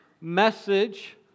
message